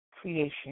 creation